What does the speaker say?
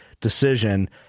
decision